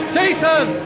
Jason